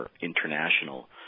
International